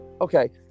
Okay